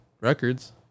records